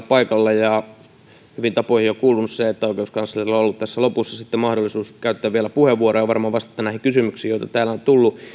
paikalla ja hyviin tapoihin on kuulunut se että oikeuskanslerilla on ollut tässä lopussa sitten mahdollisuus käyttää vielä puheenvuoro ja varmaan vastata näihin kysymyksiin joita täällä on tullut